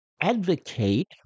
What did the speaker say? advocate